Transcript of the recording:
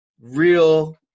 real